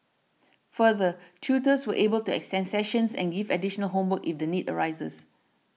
further tutors were able to extend sessions and give additional homework if the need arises